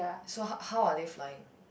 so h~ how are they flying